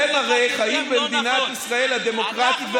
הרי אתם חיים במדינת ישראל הדמוקרטית,